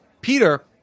Peter